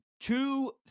two